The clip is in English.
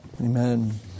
Amen